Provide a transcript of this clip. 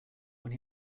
when